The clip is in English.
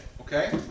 okay